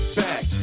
back